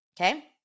Okay